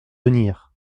venir